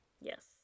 yes